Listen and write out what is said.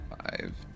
Five